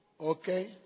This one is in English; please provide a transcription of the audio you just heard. Okay